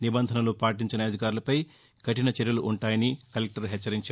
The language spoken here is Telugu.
నిబంధనలు పాటించని అధికారులపై కఠిన చర్యలు ఉంటాయని కలెక్టర్ హెచ్చరించారు